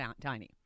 tiny